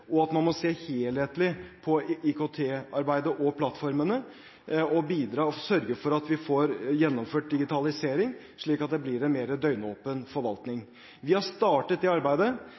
og at man må se helhetlig på IKT-arbeidet og -plattformene og sørge for at vi får gjennomført digitalisering, slik at det blir en mer døgnåpen forvaltning. Vi har startet det arbeidet.